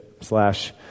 slash